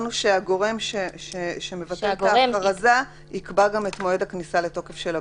אמרנו שהגורם שמבטל את ההכרזה יקבע גם את מועד הכניסה לתוקף של הביטול.